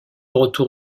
retour